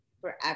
forever